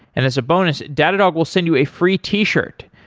and as a bonus, datadog will send you a free t-shirt.